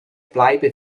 bleibe